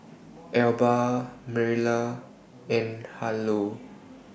Elba Mariela and Harlow